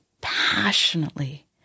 passionately